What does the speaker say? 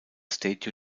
state